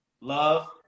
Love